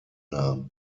nahm